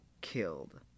killed